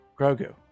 Grogu